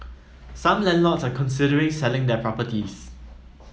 some landlords are considering selling their properties